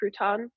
crouton